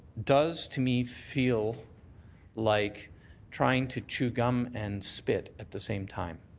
does, to me, feel like trying to chew gum and spit at the same time.